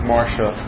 Marsha